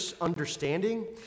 understanding